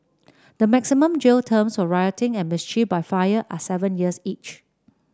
the maximum jail terms of rioting and mischief by fire are seven years each